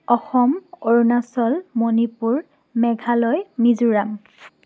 Assam Arunachal Manipur Meghalaya Mizoram